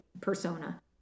persona